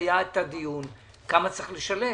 כמה צריך לשלם.